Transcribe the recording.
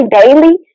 daily